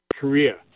Korea